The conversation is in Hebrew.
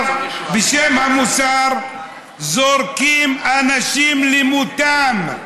המוסר זורקים אנשים למותם,